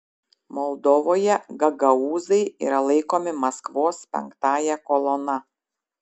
moldovoje gagaūzai yra laikomi maskvos penktąja kolona